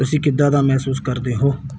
ਤੁਸੀਂ ਕਿੱਦਾਂ ਦਾ ਮਹਿਸੂਸ ਕਰਦੇ ਹੋ